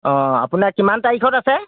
অঁ আপোনাৰ কিমান তাৰিখত আছে